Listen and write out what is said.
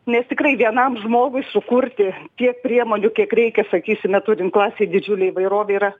nes tikrai vienam žmogui sukurti tiek priemonių kiek reikia sakysime turint klasėj didžiulė įvairovė yra